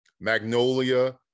Magnolia